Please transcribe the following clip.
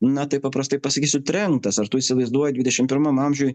na taip paprastai pasakysiu trenktas ar tu įsivaizduoji dvidešim pirmam amžiuj